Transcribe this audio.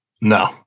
No